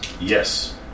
Yes